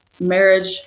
marriage